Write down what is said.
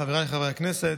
חבריי חברי הכנסת,